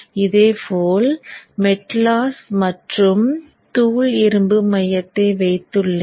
அதேபோல் மெட்லாஸ் மற்றும் தூள் இரும்பு மையத்தை வைத்துள்ளேன்